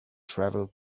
travel